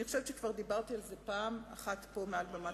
אני חושבת שכבר דיברתי על זה פעם אחת מעל בימת הכנסת.